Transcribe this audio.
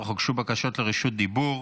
אך הוגשו בקשות לרשות דיבור.